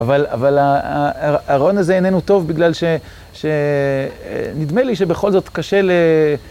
אבל הארון הזה איננו טוב בגלל שנדמה לי שבכל זאת קשה ל...